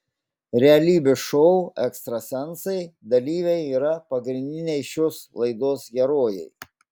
realybės šou ekstrasensai dalyviai yra pagrindiniai šios laidos herojai